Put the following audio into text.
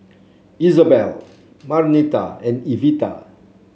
Izabelle Marnita and Evita